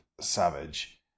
Savage